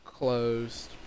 Closed